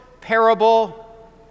parable